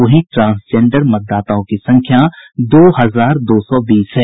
वहीं ट्रांसजेंडर मतदाताओं की संख्या दो हजार दो सौ बीस है